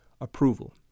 approval